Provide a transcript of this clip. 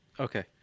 Okay